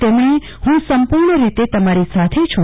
તેમણે હું સંપૂર્ણ રીતેત મારી સાથે છું